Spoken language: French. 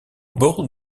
bord